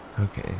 Okay